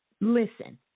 listen